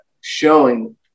showing